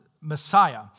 Messiah